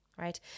Right